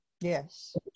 Yes